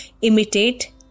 imitate